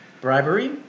Bribery